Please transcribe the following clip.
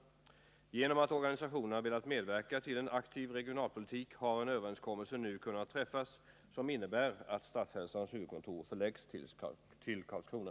101 Genom att organisationerna velat medverka till en aktiv regionalpolitik har en överenskommelse nu kunnat träffas som innebär att Statshälsans huvudkontor förläggs till Karlskrona.